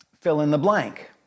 fill-in-the-blank